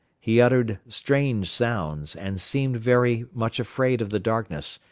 he uttered strange sounds, and seemed very much afraid of the darkness,